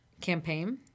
campaign